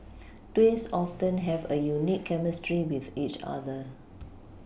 twins often have a unique chemistry with each other